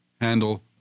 handle